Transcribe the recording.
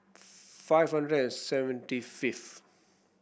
five hundred and seventy fifth